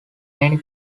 many